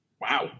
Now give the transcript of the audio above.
Wow